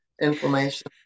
inflammation